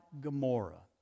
Gomorrah